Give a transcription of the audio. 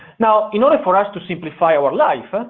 now in order for us to simplify our life,